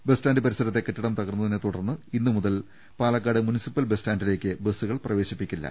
bus stand പരിസരത്തെ കെട്ടിടം തകർന്നതിനെ തുടർന്ന് ഇന്നു മുതൽ പാലക്കാട് മുനിസിപ്പൽ ബസ്റ്റാന്റിലേക്ക് ബസുകൾ പ്രവേശി പ്പിക്കില്ല